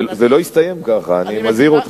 זה לא יסתיים כך, אני מזהיר אותך.